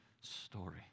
story